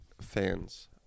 fans